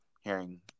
hearing